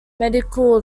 medical